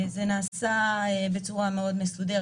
זה נעשה בצורה מאוד מסודרת,